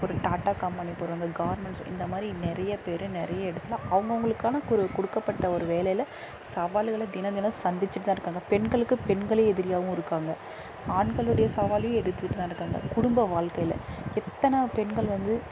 ஒரு டாட்டா கம்பனி போகிறவங்க கார்மெண்ட்ஸ் இந்தமாதிரி நிறைய பேர் நிறைய இடத்துல அவங்கவுங்களுக்கான ஒரு கொடுக்கப்பட்ட ஒரு வேலையில் சவால்களை தினம் தினம் சந்திச்சுட்டு தான் இருக்காங்க பெண்களுக்கு பெண்களே எதிரியாகவும் இருக்காங்க ஆண்களுடைய சவாலையும் எதிர்த்துட்டு தான் இருக்காங்க குடும்ப வாழ்க்கையில் எத்தனை பெண்கள் வந்து